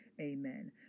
amen